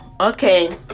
Okay